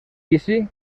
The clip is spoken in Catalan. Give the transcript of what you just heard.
vici